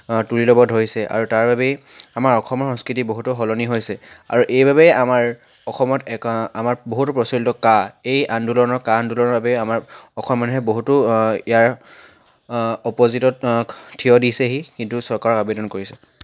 তুলি ল'ব ধৰিছে আৰু তাৰ বাবেই আমাৰ অসমৰ সংস্কৃতি বহুতো সলনি হৈছে আৰু এইবাবেই আমাৰ অসমত এক আমাৰ বহুতো প্ৰচলিত কা এই আন্দোলনৰ কা আন্দোলনৰ বাবেই আমাৰ অসমৰ মানুহে বহুতো ইয়াৰ অপজিটত থিয় দিছেহি কিন্তু চৰকাৰক আৱেদন কৰিছে